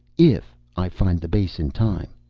if i find the base in time.